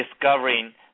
discovering